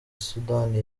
sudani